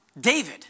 David